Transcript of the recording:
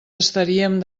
estaríem